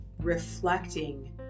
reflecting